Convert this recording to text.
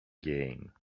gain